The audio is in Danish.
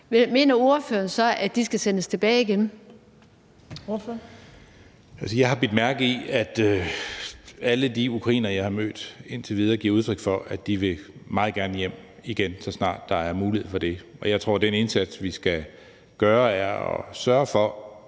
Torp): Ordføreren. Kl. 15:35 Mads Fuglede (V): Jeg har bidt mærke i, at alle de ukrainere, jeg har mødt indtil videre, giver udtryk for, at de meget gerne vil hjem igen, så snart der er mulighed for det. Og jeg tror, at den indsats, vi skal gøre, er at sørge for,